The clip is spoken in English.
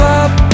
up